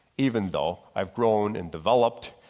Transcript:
even though i've grown and developed,